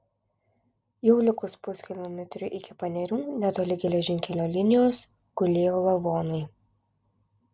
jau likus puskilometriui iki panerių netoli geležinkelio linijos gulėjo lavonai